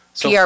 PR